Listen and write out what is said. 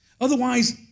Otherwise